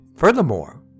Furthermore